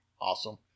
Awesome